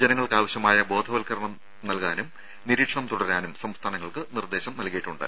ജനങ്ങൾക്ക് ആവശ്യമായ ബോധവത്കരണം നടത്താനും നിരീക്ഷണം തുടരാനും സംസ്ഥാനങ്ങൾക്ക് നിർദ്ദേശം നൽകിയിട്ടുണ്ട്